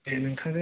ए नोंथांजों